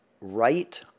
right